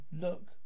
look